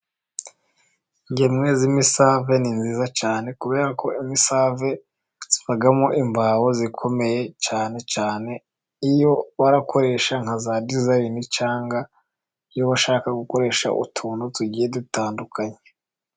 Ingemwe z'imisave ni nziza cyane . Kubera ko imisave ibamo imbaho zikomeye cyane cyane, iyo barakoresha nka za dizayini, cyangwa iyo bashaka gukoresha utuntu tugiye dutandukanye.